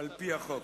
על-פי החוק.